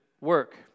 work